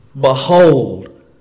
behold